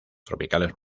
tropicales